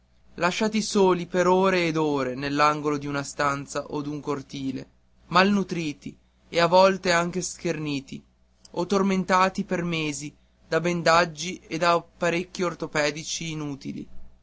lasciati soli per ore ed ore nell'angolo d'una stanza o d'un cortile mal nutriti e a volte anche scherniti o tormentati per mesi da bendaggi e da apparecchi ortopedici inutili